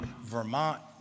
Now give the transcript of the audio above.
Vermont